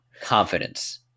confidence